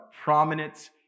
prominent